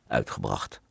uitgebracht